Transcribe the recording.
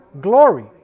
glory